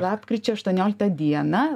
lapkričio aštuonioliktą dieną